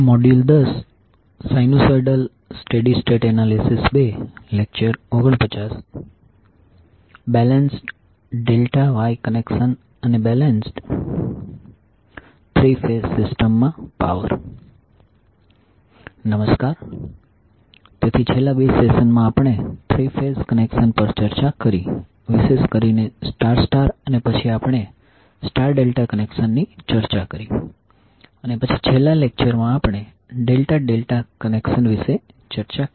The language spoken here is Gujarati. નમસ્કાર તેથી છેલ્લા બે સેશન માં આપણે થ્રી ફેઝ કનેક્શન પર ચર્ચા કરી વિશેષ કરીને સ્ટાર સ્ટાર અને પછી આપણે સ્ટાર ડેલ્ટા કનેક્શન ની ચર્ચા કરી અને પછી છેલ્લા લેક્ચરમાં આપણે ડેલ્ટા ડેલ્ટા કનેક્શન વિશે ચર્ચા કરી